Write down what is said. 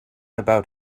about